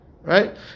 right